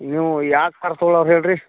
ನೀವು ಯಾವ್ದ್ ಕಾರ್ ತಗೋಳೊರು ಹೇಳ್ರಿ